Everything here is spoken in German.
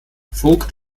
vogt